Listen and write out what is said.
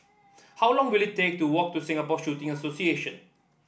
how long will it take to walk to Singapore Shooting Association